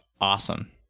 awesome